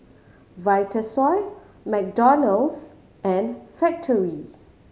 Vitasoy McDonald's and Factorie